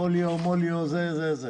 פוליו וכו'.